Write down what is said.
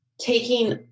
taking